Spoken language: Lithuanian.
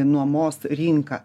nuomos rinka